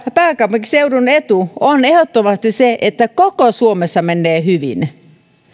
pääkaupunkiseudun etu on ehdottomasti se että koko suomessa menee hyvin